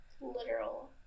Literal